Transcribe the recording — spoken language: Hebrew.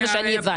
זה מה שאני הבנתי.